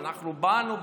אנחנו באנו,